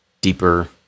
deeper